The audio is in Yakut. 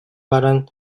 баран